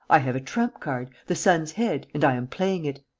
i have a trump card, the son's head, and i am playing it.